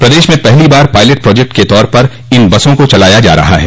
प्रदेश में पहली बार पायलट प्रोजेक्ट के तौर पर इन बसों को चलाया जा रहा है